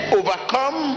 overcome